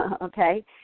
okay